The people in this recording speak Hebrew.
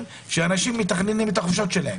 שאנשים מתכננים את החופשות שלהם.